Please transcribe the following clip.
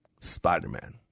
Spider-Man